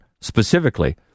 specifically